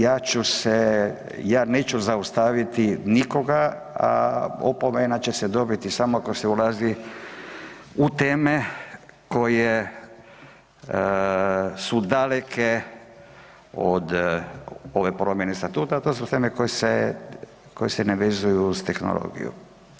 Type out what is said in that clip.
Ja ću se, ja neću zaustaviti nikoga, a opomena će se dobiti samo ako se ulazi u teme koje su daleke od ove promjene statuta, a to su teme koje se ne vezuju uz tehnologiju.